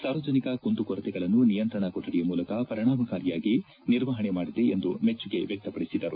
ಸಾರ್ವಜನಿಕ ಕುಂದು ಕೊರತೆಗಳನ್ನು ನಿಯಂತ್ರಣ ಕೊಠಡಿಯ ಮೂಲಕ ಪರಿಣಾಮಕಾರಿಯಾಗಿ ನಿರ್ವಹಣೆ ಮಾಡಿದೆ ಎಂದು ಮೆಚ್ಚುಗೆ ವ್ಯಕ್ತಪಡಿಸಿದರು